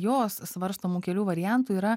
jos svarstomų kelių variantų yra